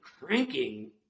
cranking